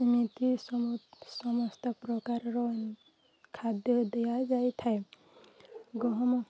ଏମିତି ସମସ୍ତ ପ୍ରକାରର ଖାଦ୍ୟ ଦିଆଯାଇଥାଏ ଗହମ